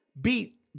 beat